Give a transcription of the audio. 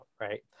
right